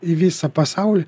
į visą pasaulį